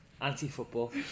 anti-football